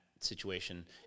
Situation